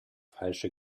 falsche